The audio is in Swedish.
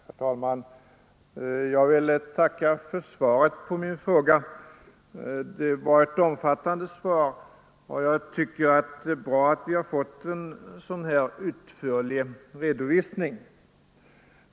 Herr talman! Jag vill tacka för svaret på min interpellation. Det var ett omfattande svar, och jag tycker det är bra att vi fått en så utförlig redovisning.